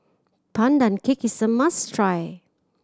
Pandan Cake is a must try